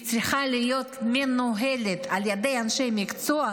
היא צריכה להיות מנוהלת על ידי אנשי מקצוע,